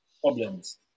problems